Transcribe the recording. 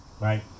right